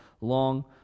long